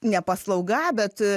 ne paslauga bet